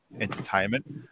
entertainment